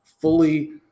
fully